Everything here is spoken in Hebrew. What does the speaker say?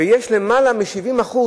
ולמעלה מ-70%